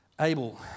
Abel